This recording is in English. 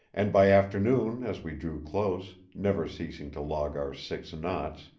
and by afternoon, as we drew close, never ceasing to log our six knots,